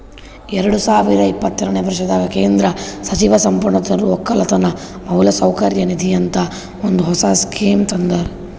ಎರಡು ಸಾವಿರ ಇಪ್ಪತ್ತನೆ ವರ್ಷದಾಗ್ ಕೇಂದ್ರ ಸಚಿವ ಸಂಪುಟದೊರು ಒಕ್ಕಲತನ ಮೌಲಸೌಕರ್ಯ ನಿಧಿ ಅಂತ ಒಂದ್ ಹೊಸ ಸ್ಕೀಮ್ ತಂದಾರ್